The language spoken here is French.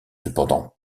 cependant